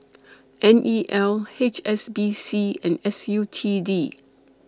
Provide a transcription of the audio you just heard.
N E L H S B C and S U T D